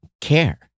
care